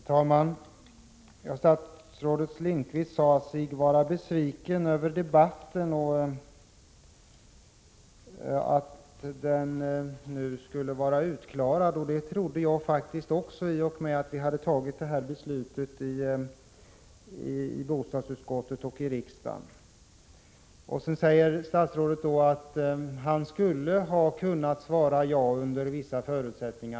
Herr talman! Statsrådet Lindqvist sade sig vara besviken över debatten, och han trodde att den nu skulle vara avklarad. Det trodde faktiskt också jag att den skulle vara i och med beslutet i bostadsutskottet och i kammaren. Statsrådet sade vidare att han skulle ha kunnat svara ja på min fråga under vissa förutsättningar.